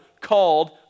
called